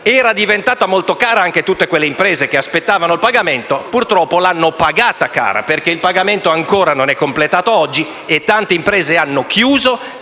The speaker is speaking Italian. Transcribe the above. era diventata molto cara anche a tutte le imprese che aspettavano il pagamento. Purtroppo l'hanno pagata cara, perché il pagamento ancora oggi non è completato e tante imprese hanno chiuso,